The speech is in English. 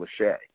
Lachey